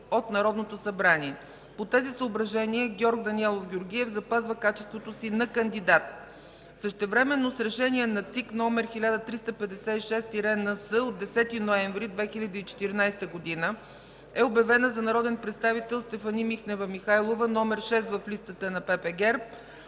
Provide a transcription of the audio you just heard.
от Народното събрание. По тези съображения Георг Даниелов Георгиев запазва качеството си на кандидат. Същевременно с Решение на ЦИК № 1356-НС от 10 ноември 2014 г. е обявена за народен представител Стефани Михнева Михайлова № 6 в листата на ПП ГЕРБ